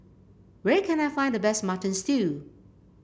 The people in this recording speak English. where can I find the best Mutton Stew